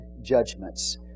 judgments